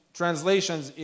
translations